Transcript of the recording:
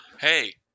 Hey